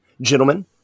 Gentlemen